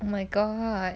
oh my god